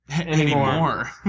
Anymore